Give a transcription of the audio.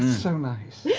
so nice.